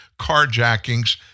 carjackings